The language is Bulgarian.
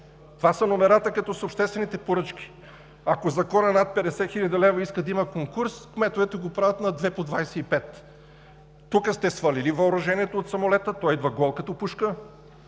Това са номерата като с обществените поръчки. Ако законът над 50 хил. лв. иска да има конкурс, кметовете го правят на две по 25. Тук сте свалили въоръжението от самолета, той идва гол като пушка,